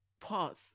pause